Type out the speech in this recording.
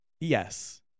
Yes